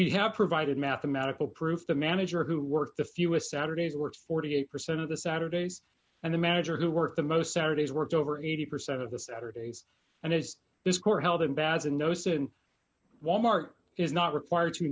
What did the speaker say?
we have provided mathematical proof the manager who worked the fewest saturdays works forty eight percent of the saturdays and the manager who worked the most saturdays worked over eighty percent of the saturdays and as this court held in bad no sin wal mart is not required to